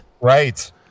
Right